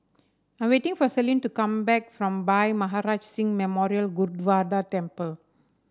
I'm waiting for Selene to come back from Bhai Maharaj Singh Memorial Temple